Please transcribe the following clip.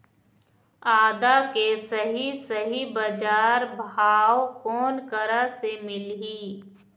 आदा के सही सही बजार भाव कोन करा से मिलही?